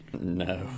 No